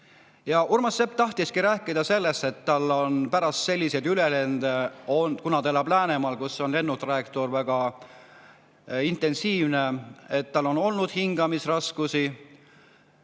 Urmas Sepp tahtiski rääkida sellest, et tal on pärast selliseid ülelende – ta elab Läänemaal, kus lennu[liiklus] on väga intensiivne – olnud hingamisraskusi.